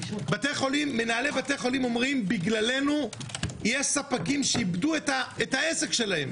מנהלי בתי חולים אומרים: בגללנו יש ספקים שאיבדו את העסק שלהם,